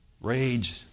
Rage